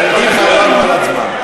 ללא הגבלת זמן.